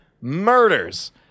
murders